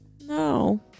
No